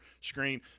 screen